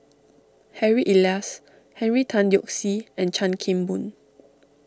Harry Elias Henry Tan Yoke See and Chan Kim Boon